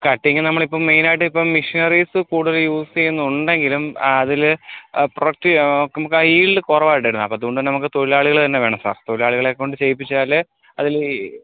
cutting നമ്മളിപ്പം മെയിനായിട്ട് ഇപ്പം മെഷീനറീസ് കൂടുതല് യൂസ് ചെയ്യുന്നുണ്ടെങ്കിലും അതില് പ്രൊഡക്ടിന് നമുക്ക് ആ ഈൽഡ് കുറവായിട്ടിരുന്നു അപ്പം അതുകൊണ്ട് തന്നെ നമുക്ക് തൊഴിലാളികള് തന്നെ വേണം സാർ തൊഴിലാളികളെ കൊണ്ട് ചെയ്യിപ്പിച്ചാലേ അതില് ഈ